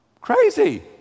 Crazy